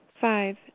Five